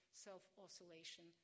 self-oscillation